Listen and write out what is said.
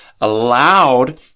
allowed